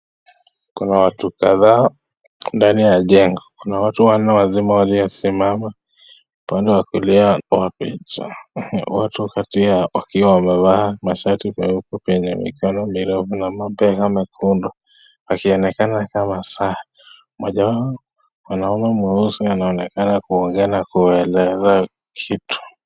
Kuna watu kadhaa ndani ya jengo. Kuna watu wanne wazima waliosimama upande wa kulia wa picha. Wawili kati yao wakiwa wamevaa mashati meupe yenye mikono mirefu na mabega mekundu wakionekana kama saa. Mmoja wa wanaume mweusi anaonekana kuongea na kueleza kitu.